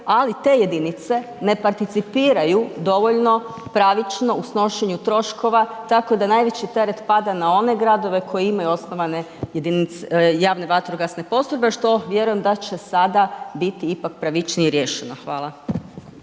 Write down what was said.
ali te jedinice ne participiraju dovoljno pravično u snošenju troškova tako da najveći teret pada na one gradove koji imaju osnovane javne vatrogasne postrojbe što vjerujem da će sada biti ipak pravičnije rješeno. Hvala.